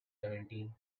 seventeen